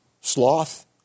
Sloth